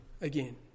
again